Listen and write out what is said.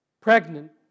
pregnant